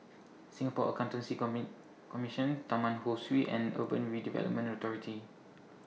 Singapore Accountancy Commission Taman Ho Swee and Urban Redevelopment Authority